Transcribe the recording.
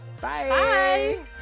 Bye